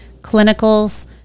clinicals